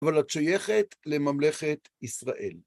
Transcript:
אבל את שייכת לממלכת ישראל.